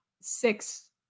six